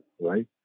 right